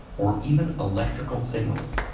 or even electrical signals.